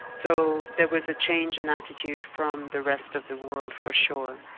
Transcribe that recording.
so there was a change in attitude from the rest of the world, for sure.